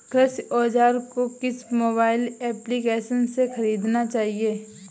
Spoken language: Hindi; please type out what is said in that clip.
कृषि औज़ार को किस मोबाइल एप्पलीकेशन से ख़रीदना चाहिए?